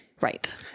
Right